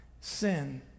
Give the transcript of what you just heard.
sin